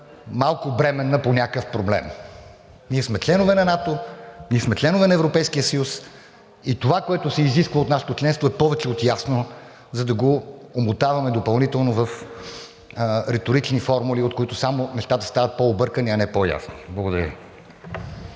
малко бременна по някакъв проблем. Ние сме член на НАТО, ние сме член на Европейския съюз и това, което се изисква от нашето членство, е повече от ясно, за да го омотаваме допълнително в риторични формули, от които нещата стават само по-объркани, а не по-ясни. Благодаря